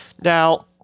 Now